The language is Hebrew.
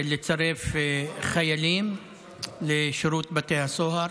לצרף חיילים לשירות בתי הסוהר.